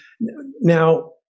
now